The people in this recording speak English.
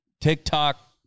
TikTok